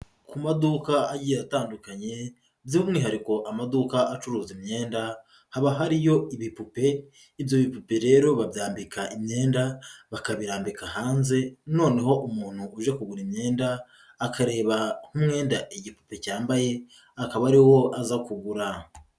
Ku maduka agiye atandukanye by'umwihariko amaduka acuruza imyenda haba hariyo ibipupe, ibyo bipupe rero babyambika imyenda bakabirambika hanze noneho umuntu uje kugura imyenda akareba nk'umwenda igipupe cyambaye akaba ari wo aza kugura.